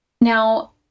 Now